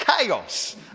chaos